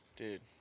Dude